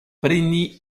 preni